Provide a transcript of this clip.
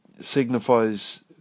signifies